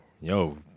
yo